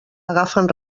agafen